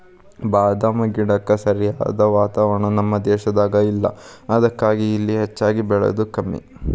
ಬಾದಾಮ ಗಿಡಕ್ಕ ಸರಿಯಾದ ವಾತಾವರಣ ನಮ್ಮ ದೇಶದಾಗ ಇಲ್ಲಾ ಅದಕ್ಕಾಗಿ ಇಲ್ಲಿ ಹೆಚ್ಚಾಗಿ ಬೇಳಿದು ಕಡ್ಮಿ